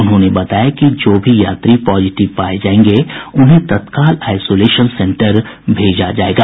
उन्होंने बताया कि जो भी यात्री पॉजिटिव पाये जायेंगे उन्हें तत्काल आईसोलेशन सेन्टर भेजा जायेगा